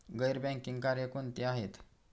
गैर बँकिंग कार्य कोणती आहेत?